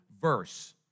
verse